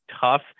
tough